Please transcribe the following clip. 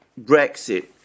Brexit